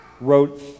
wrote